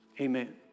Amen